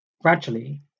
Gradually